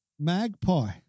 Magpie